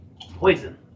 poison